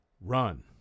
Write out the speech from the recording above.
run